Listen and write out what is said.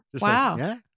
Wow